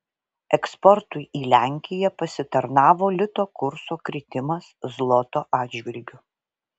eksportui į lenkiją pasitarnavo lito kurso kritimas zloto atžvilgiu